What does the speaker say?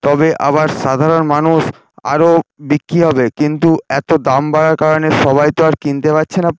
তবে আবার সাধারণ মানুষ আরও বিক্রি হবে কিন্তু এতো দাম বাড়ার কারণে সবাই তো আর কিনতে পারছে না